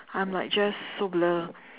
I'm like just so blur